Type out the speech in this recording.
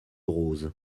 rose